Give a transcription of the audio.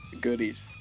goodies